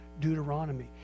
Deuteronomy